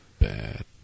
bad